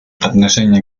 отношения